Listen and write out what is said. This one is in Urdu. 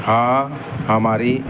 ہاں ہماری